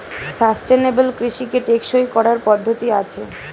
sustainable কৃষিকে টেকসই করার পদ্ধতি আছে